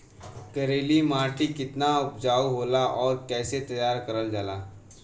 करेली माटी कितना उपजाऊ होला और कैसे तैयार करल जाला?